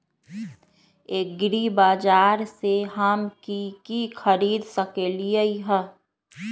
एग्रीबाजार से हम की की खरीद सकलियै ह?